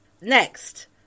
next